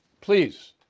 Please